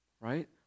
right